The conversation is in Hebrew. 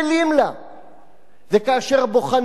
וכאשר בוחנים עיקר מול טפל,